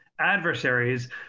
adversaries